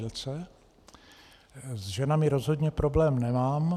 S ženami rozhodně problém nemám.